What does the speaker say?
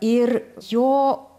ir jo